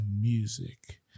Music